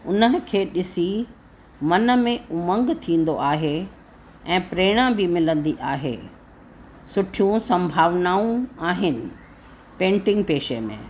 उन्हनि खे ॾिसी मन में उमंग थींदो आहे ऐं प्रेरणा बी मिलंदी आहे सुठियूं संभावनाऊं आहिनि पेंटिंग पेशे में